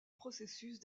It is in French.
processus